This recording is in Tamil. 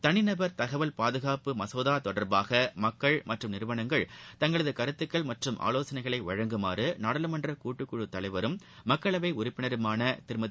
தனிநபர் தகவல் பாதுகாப்பு மசோதா தொடர்பாக மக்கள் மற்றும் நிறுவனங்கள் தங்கள் கருத்துகள் மற்றும் ஆலோசனைகளை வழங்குமாறு நாடாளுமன்ற கூட்டுக்குழுத் தலைவரும் மக்களவை உறுப்பினருமான திருமதி